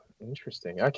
Interesting